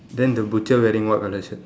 then the butcher wearing what colour shirt